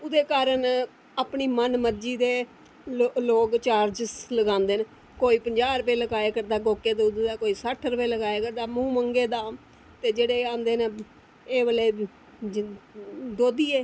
ओह्दे कारण अपनी मन मर्जी दे लोग चार्ज लगांदे न कोई पंजाहं रपे लगाये करदा कोई सट्ठ रपे मंग्गे दा ते जेह्ड़े आंदे न मतलब एह् दोधिये